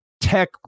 tech